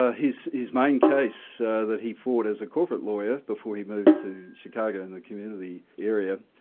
ah his his main case that he fought as a corporate lawyer before he moved to chicago in the community area,